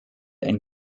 and